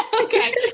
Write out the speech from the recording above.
Okay